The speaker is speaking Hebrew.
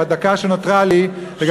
בדקה שנותרה לי אני רוצה להגיד מילה